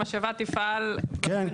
המשאבה תפעל --- כן,